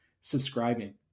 subscribing